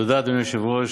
תודה, אדוני היושב-ראש.